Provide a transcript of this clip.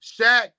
Shaq